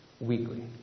weekly